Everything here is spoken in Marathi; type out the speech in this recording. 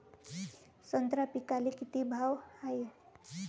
संत्रा पिकाले किती भाव हाये?